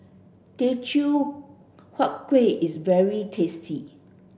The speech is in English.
Teochew Huat Kuih is very tasty